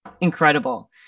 incredible